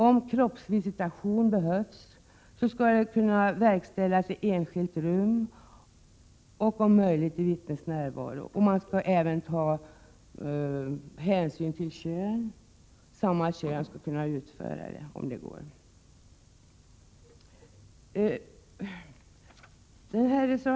Om kroppsvisitation behövs, skall den kunna verkställas i enskilt rum, och om möjligt i vittnes närvaro. Man skall även ta hänsyn till den visiterades kön — dvs. person av samma kön skall utföra kontrollen, om så är möjligt.